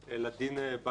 לדין באזור,